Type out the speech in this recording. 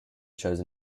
chose